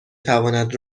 تواند